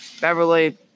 Beverly